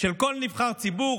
של כל נבחר ציבור,